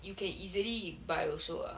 you can easily buy also ah